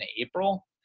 April